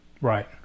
Right